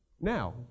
now